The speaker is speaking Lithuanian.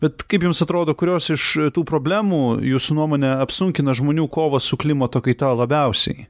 bet kaip jums atrodo kurios iš tų problemų jūsų nuomone apsunkina žmonių kovą su klimato kaita labiausiai